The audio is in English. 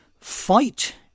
Fight